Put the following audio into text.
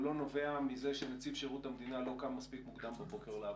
הוא לא נובע מזה שנציב שירות המדינה לא קם מספיק מוקדם בבוקר לעבוד.